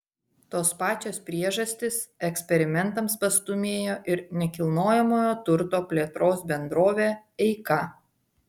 tos pačios priežastys eksperimentams pastūmėjo ir nekilnojamojo turto plėtros bendrovę eika